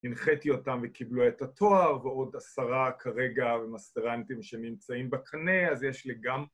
הנחיתי אותם וקיבלו את התואר ועוד עשרה כרגע ומסטרנטים שממצאים בכנה אז יש לי גם